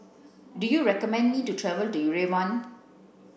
do you recommend me to travel to Yerevan